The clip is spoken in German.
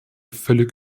völlig